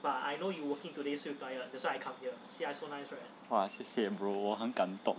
!wah! 谢谢 bro 我很感动